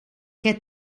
què